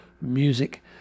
Music